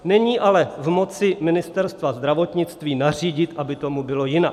Není ale v moci Ministerstva zdravotnictví nařídit, aby tomu bylo jinak.